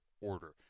order